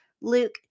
Luke